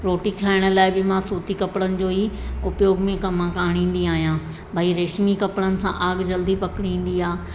रोटी खाइण लाइ बि मां सूती कपिड़नि जो ई उपयोग में कमु आणींदी आहियां भई रेशमी कपिड़नि सां आग जल्दी पकिड़ींदी आहे